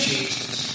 Jesus